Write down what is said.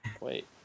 Wait